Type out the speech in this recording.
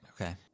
Okay